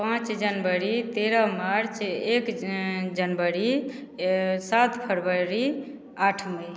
पाँच जनवरी तेरह मार्च एक जनवरी सात फरबरी आठ मई